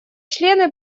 члены